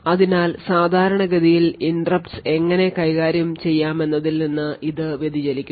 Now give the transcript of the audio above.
അതിനാൽ സാധാരണഗതിയിൽ interrupts എങ്ങനെ കൈകാര്യം ചെയ്യാമെന്നതിൽ നിന്ന് ഇത് വ്യതിചലിക്കുന്നു